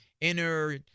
inner